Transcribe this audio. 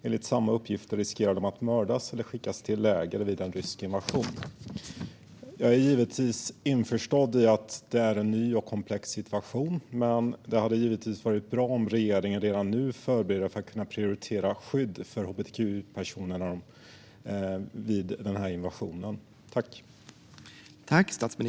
Enligt samma uppgifter riskerar de att mördas eller skickas till läger vid en rysk invasion. Jag är givetvis införstådd med att det här är en ny och komplex situation, men det vore bra om regeringen redan nu förbereder att prioritera skydd för hbtqi-personer i denna invasion.